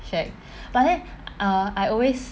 shag but then err I always